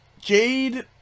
Jade